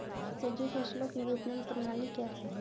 सब्जी फसलों की विपणन प्रणाली क्या है?